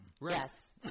Yes